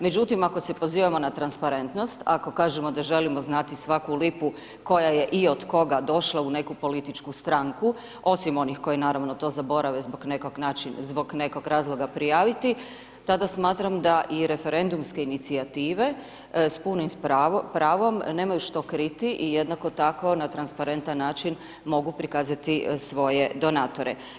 Međutim, ako se pozivamo na transparentnost, ako kažemo da želimo znati svaku lipu koja je i od koga došla u neku političku stranku, osim onih koje naravno to zaborave zbog nekog, znači zbog nekog razloga prijaviti, tada smatram da i referendumske inicijative s punim pravom nemaju što kriti i jednako tako na transparentan način mogu prikazati svoje donatore.